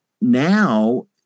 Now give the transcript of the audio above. now